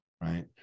Right